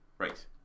Right